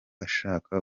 ashaka